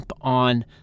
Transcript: on